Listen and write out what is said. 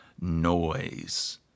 noise